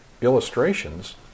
illustrations